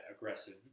aggressive